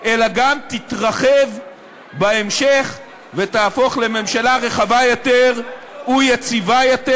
אלא גם תתרחב בהמשך ותהפוך לממשלה רחבה יותר ויציבה יותר.